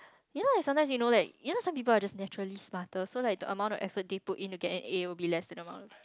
you know like sometimes you know like you know some people are just naturally smarter so like the amount of effort they put it to get an A would be lesser amount